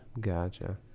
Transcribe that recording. gotcha